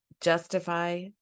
justify